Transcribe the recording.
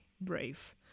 brave